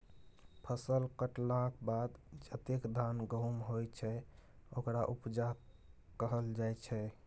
फसल कटलाक बाद जतेक धान गहुम होइ छै ओकरा उपजा कहल जाइ छै